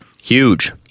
Huge